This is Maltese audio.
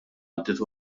għaddiet